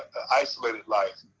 isolated life.